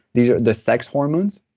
these are the sex hormones,